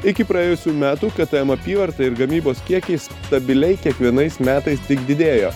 iki praėjusių metų ktm apyvarta ir gamybos kiekiai stabiliai kiekvienais metais tik didėjo